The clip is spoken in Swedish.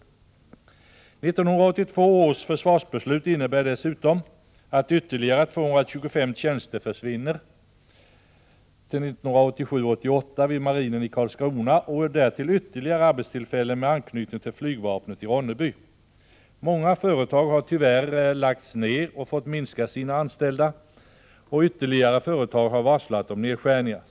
1982 års försvarsbeslut innebär dessutom att ytterligare 225 tjänster försvinner till 1987/88 vid marinen i Karlskrona, och därtill ytterligare arbetstillfällen med anknytning till flygvapnet i Ronneby. Många företag har tyvärr lagts ned och fått minska antalet anställda. Och ytterligare företag har varslat om nedskärningar.